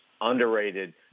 underrated